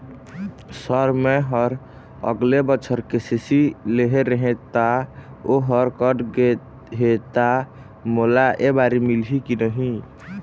Sir मेहर अगले बछर के.सी.सी लेहे रहें ता ओहर कट गे हे ता मोला एबारी मिलही की नहीं?